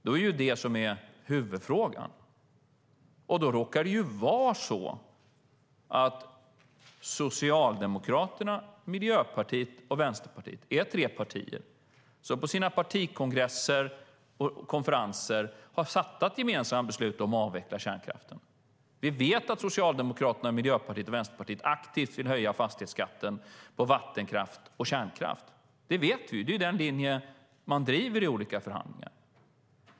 Då är det detta som är huvudfrågan. Det råkar vara så att Socialdemokraterna, Miljöpartiet och Vänsterpartiet är tre partier som på sina partikongresser och konferenser har fattat gemensamma beslut om att avveckla kärnkraften. Vi vet att Socialdemokraterna, Miljöpartiet och Vänsterpartiet aktivt vill höja fastighetsskatten för vattenkraft och kärnkraft. Det vet vi. Det är den linje man driver i olika förhandlingar.